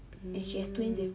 hmm